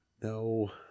No